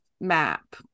map